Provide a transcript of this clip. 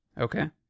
Okay